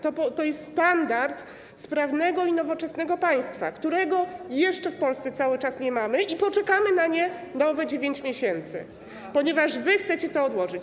To jest standard sprawnego i nowoczesnego państwa, którego jeszcze w Polsce cały czas nie mamy i poczekamy na nie kolejne 9 miesięcy, ponieważ chcecie to odłożyć.